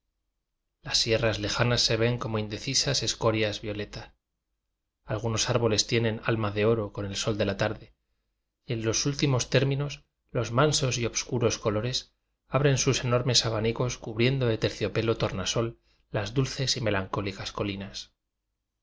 las sierras lejanas se ven como indeci sas escorias violeta algunos árboles tienen alma de oro con el sol de la tarde y en los últimos términos los mansos y obscuros colores abren sus enormes abanicos cu briendo de terciopelo tornasol las dulces y melancólicas colinas